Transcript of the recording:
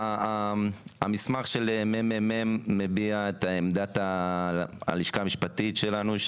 המסמך של ה-ממ"מ מביע את עמדת הלשכה המשפטית שלנו.